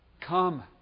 come